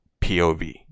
POV